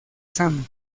sam